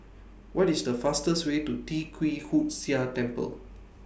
What IS The fastest Way to Tee Kwee Hood Sia Temple